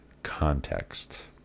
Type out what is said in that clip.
context